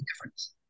difference